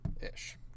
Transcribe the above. Ish